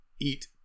Eat